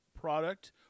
product